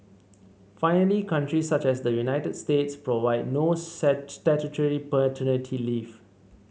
finally countries such as the United States provide no statutory paternity leave